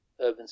Urban